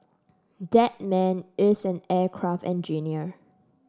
that man is an aircraft engineer